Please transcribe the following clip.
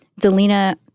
Delina